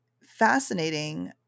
fascinating